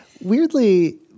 Weirdly